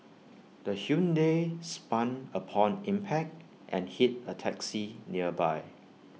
the Hyundai spun upon impact and hit A taxi nearby